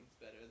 better